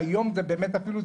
שהיום זה בחוק.